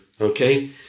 Okay